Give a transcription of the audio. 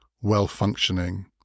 well-functioning